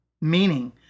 Meaning